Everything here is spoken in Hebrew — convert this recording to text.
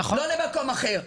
לא למקום אחר,